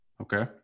Okay